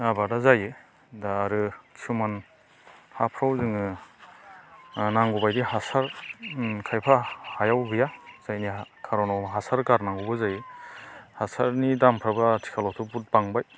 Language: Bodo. आबादा जायो दा आरो किसुमान हाफ्राव जोङो नांगौ बायदि हासार खायफा हायाव गैया जायनि हाया खार'नाव हासार गारनांगौ जायो हासारनि दामफ्राबो आथिखालाव बहुद बांबाय